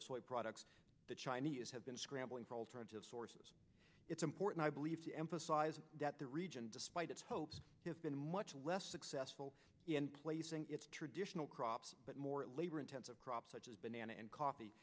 soy products the chinese have been scrambling for alternative sources it's important i believe to emphasize that the region despite its hopes has been much less successful in placing its traditional crops but more labor intensive crops such as banana and coffee